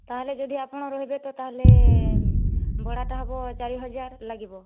ତା'ହେଲେ ଯଦି ଆପଣ ରହିବେ ତ ତା'ହେଲେ ଭଡ଼ାଟା ହବ ଚାରି ହଜାର ଲାଗିବ